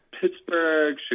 Pittsburgh